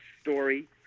story